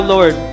Lord